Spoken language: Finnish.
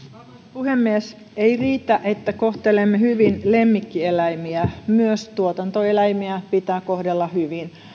puhemies ei riitä että kohtelemme hyvin lemmikkieläimiä myös tuotantoeläimiä pitää kohdella hyvin